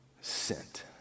sent